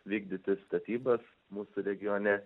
vykdyti statybas mūsų regione